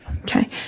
Okay